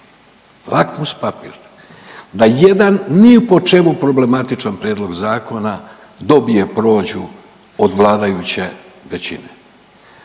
lakmus papir da jedan ni po čemu problematičan prijedlog zakona dobije prođu od vladajuće većine.